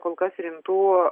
kol kas rimtų